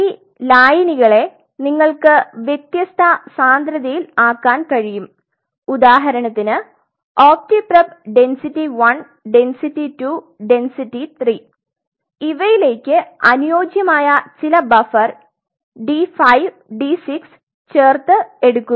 ഈ ലയിനികളെ നിങ്ങൾക്ക് വ്യത്യസ്ത സാന്ദ്രതയിൽ ആകാൻ കഴിയും ഉദാഹരണത്തിന് OptiPrep density 1 density 2 density 3 ഇവയിലേക് അനുയോജ്യമായ ചില ബഫർ ഡി 5 ഡി 6 ചേർത്ത് എടുക്കുക